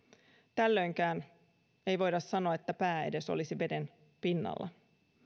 tällöinkään ei voida sanoa että edes pää olisi vedenpinnalla